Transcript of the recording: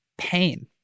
pain